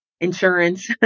insurance